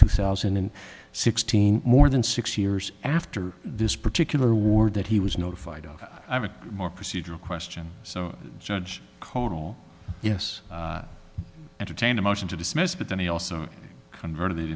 two thousand and sixteen more than six years after this particular war that he was notified of a more procedural question so judge conal yes entertain a motion to dismiss but then he also converted